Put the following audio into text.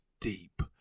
deep